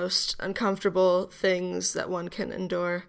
most uncomfortable things that one can endure